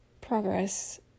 progress